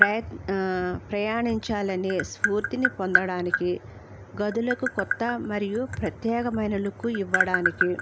ప్రయత్ ప్రయాణించాలనే స్ఫూర్తిని పొందడానికి గదులకు కొత్త మరియు ప్రత్యేకమైన లుక్కు ఇవ్వడానికి